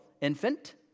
infant